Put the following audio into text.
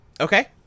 Okay